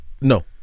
No